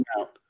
out